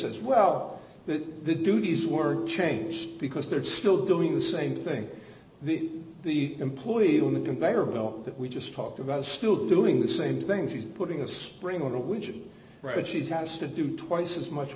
as well but the duties were d changed because they're still doing the same thing the employee on the conveyor belt that we just talked about still doing the same things he's putting a spring on a widget but she's has to do twice as much